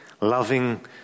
loving